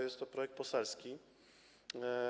Jest to projekt poselski.